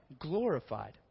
glorified